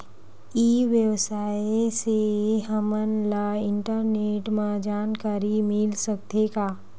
ई व्यवसाय से हमन ला इंटरनेट मा जानकारी मिल सकथे का?